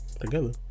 together